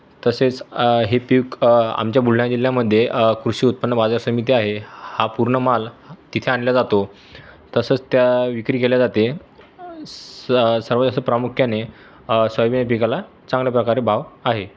तसेच हे पीक आमच्या बुलढाणा जिल्ह्यामध्ये कृषिउत्पन्न बाजार समिती आहे हा पूर्ण हा माल तिथे आणला जातो तसंच त्या विक्री केल्या जाते सा सर्वस प्रामुख्याने सोयाबीन पिकाला चांगल्याप्रकारे भाव आहे